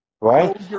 right